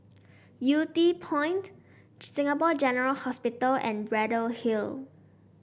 Yew Tee Point Singapore General Hospital and Braddell Hill